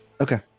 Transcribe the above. Okay